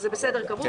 וזה בסדר גמור,